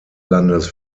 landes